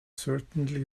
certainly